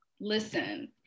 Listen